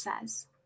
says